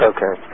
Okay